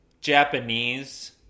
Japanese